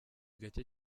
gake